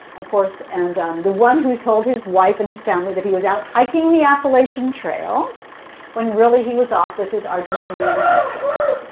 of course, and the one who told his wife and his family that he was out hiking the appalachian trail when really he was off with his argentinean mistress.